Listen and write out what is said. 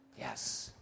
Yes